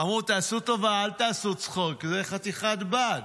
אמרו: תעשו טובה, אל תעשו צחוק, זו חתיכת בד.